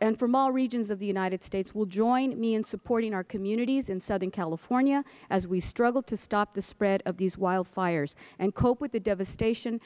and from all regions of the united states will join me in supporting our communities in southern california as we struggle to stop the spread of these wildfires and cope with the devastation